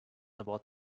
about